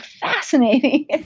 fascinating